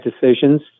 decisions